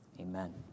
Amen